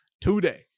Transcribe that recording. today